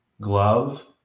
glove